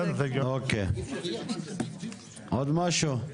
עוד משהו?